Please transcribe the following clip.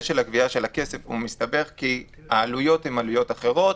של גביית כסף מסתבך כי העלויות הן עלויות אחרות,